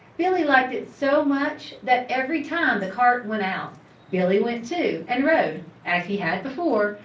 billy liked it so much that every time the cart went out billy went too and rode, as he had before,